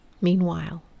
meanwhile